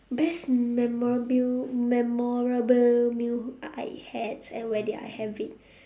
best memorable meal memorable meal I had and where did I have it